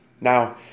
Now